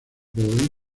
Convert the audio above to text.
boy